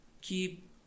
keep